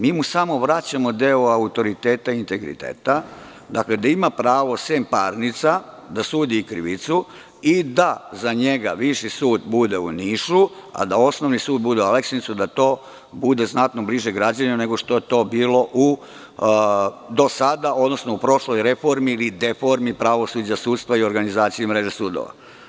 Mi mu samo vraćamo deo autoriteta i integriteta, da ima pravo, sem parnica, da sudi i krivicu i da za njega viši sud bude u Nišu, a da osnovni sud bude u Aleksincu, da to bude znatno bliže građanima, nego što je to bilo do sada, odnosnou prošloj reformi ili deformi pravosuđa, sudstva i organizacije i mreže sudova.